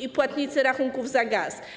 i płatnicy rachunków za gaz.